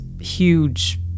huge